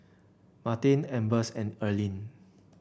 Martin Ambers and Earlean